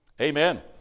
Amen